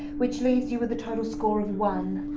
which leaves you with a total score of one.